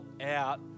out